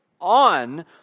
on